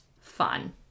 fun